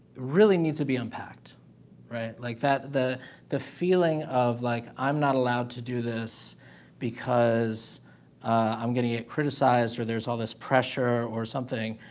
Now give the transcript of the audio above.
really needs to be unpacked right like that the the feeling of like i'm not allowed to do this because i'm getting it criticized or there's all this pressure or something.